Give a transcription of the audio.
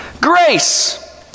Grace